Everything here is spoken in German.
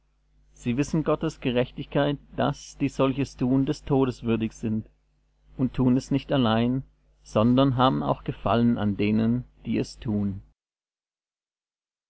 sie wissen gottes gerechtigkeit daß die solches tun des todes würdig sind und tun es nicht allein sondern haben auch gefallen an denen die es tun